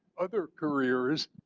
other careers,